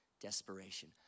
desperation